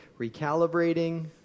recalibrating